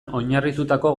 oinarritutako